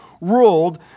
ruled